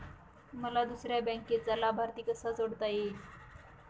मला दुसऱ्या बँकेचा लाभार्थी कसा जोडता येईल?